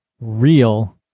real